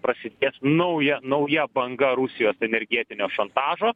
prasidės nauja nauja banga rusijos energetinio šantažo